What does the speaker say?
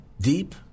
deep